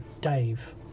Dave